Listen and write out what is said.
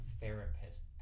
therapist